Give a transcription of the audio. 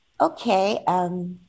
Okay